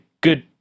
good